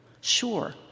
sure